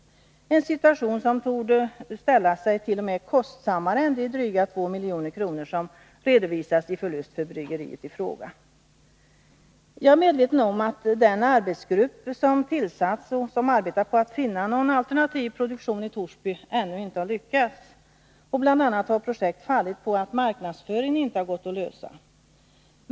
Det torde t.o.m. ställa sig kostsammare än de dryga 2 milj.kr. som redovisas som förlust för bryggeriet i fråga. Jag är medveten om att den arbetsgrupp som tillsatts och som arbetar på att finna någon alternativ produktion i Torsby ännu inte har lyckats. Bl. a. har projekt fallit på att frågan om marknadsföringen inte gått att lösa.